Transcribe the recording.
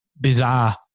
bizarre